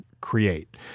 create